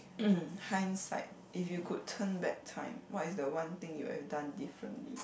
hindsight if you could turn back time what is the one thing you have done differently